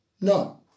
No